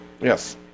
Yes